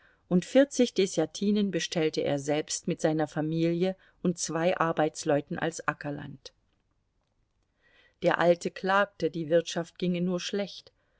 und vierzig deßjatinen bestellte er selbst mit seiner familie und zwei arbeitsleuten als ackerland der alte klagte die wirtschaft ginge nur schlecht